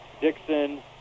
Dixon